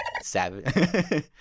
savage